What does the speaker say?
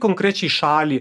konkrečiai šalį